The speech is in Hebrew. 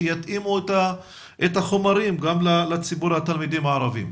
שיתאימו את החומרים גם לציבור התלמידים הערביים.